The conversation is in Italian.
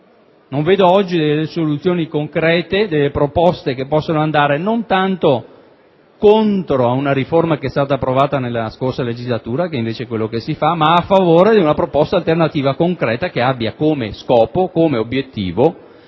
dell'Unione, soluzioni concrete, proposte che possano andare non tanto contro una riforma approvata nella scorsa legislatura, che invece è quello che si fa, ma a favore di una proposta alternativa, concreta che abbia come obiettivo